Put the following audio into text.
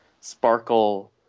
sparkle